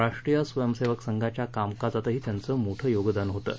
राष्ट्रीय स्वयंसेवक संघाच्या कामकाजातही त्यांचं मोठं योगदान होतं